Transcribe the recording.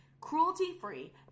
cruelty-free